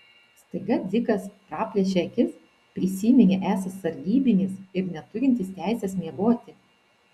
staiga dzikas praplėšė akis prisiminė esąs sargybinis ir neturintis teisės miegoti